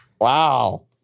Wow